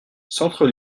centre